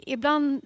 Ibland